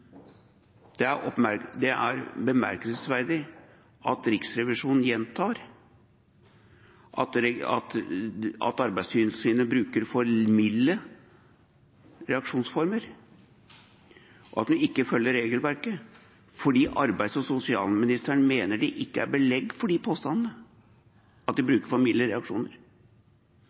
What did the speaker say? Det er bemerkelsesverdig at Riksrevisjonen gjentar at Arbeidstilsynet bruker for milde reaksjonsformer, og at en ikke følger regelverket, fordi arbeids- og sosialministeren mener det ikke er belegg for påstandene om at de bruker